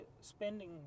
spending